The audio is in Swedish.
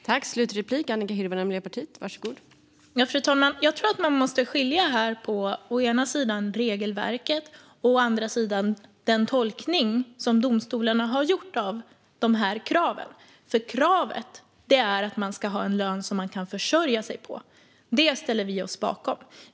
Fru talman! Jag tror att man här måste skilja på regelverket å ena sidan och den tolkning som domstolarna har gjort av kraven å andra sidan. Kravet är att man ska ha en lön som man kan försörja sig på. Det ställer vi oss bakom.